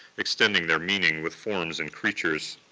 extending their meaning with forms and creatures.